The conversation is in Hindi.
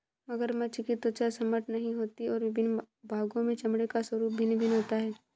मगरमच्छ की त्वचा सपाट नहीं होती और विभिन्न भागों के चमड़े का स्वरूप भिन्न भिन्न होता है